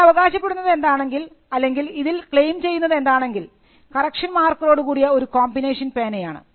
ഇവിടെ അവകാശപ്പെടുന്നത് എന്താണെങ്കിൽ അല്ലെങ്കിൽ ഇതിൽ ക്ലെയിം ചെയ്യുന്നത് എന്താണെങ്കിൽ കറക്ഷൻ മാർക്കറോടികൂടിയ ഒരു കോമ്പിനേഷൻ പേനയാണ്